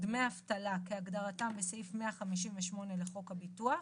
דמי אבטלה כהגדרתם בסעיף 158 לחוק הביטוח,